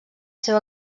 seu